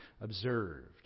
observed